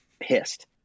pissed